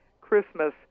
Christmas